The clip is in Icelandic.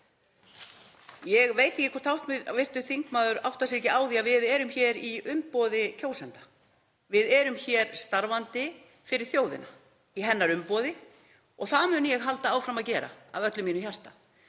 Ég veit ekki hvort hv. þingmaður áttar sig ekki á því að við erum hér í umboði kjósenda. Við erum hér starfandi fyrir þjóðina, í hennar umboði, og það mun ég halda áfram að gera af öllu mínu hjarta.